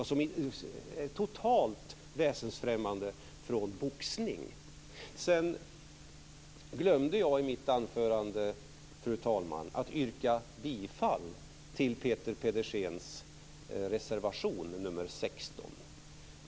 De är totalt väsensfrämmande från boxning. Fru talman! Sedan glömde jag i mitt anförande att yrka bifall till Peter Pedersens reservation nr 16.